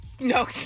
No